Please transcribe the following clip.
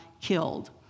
killed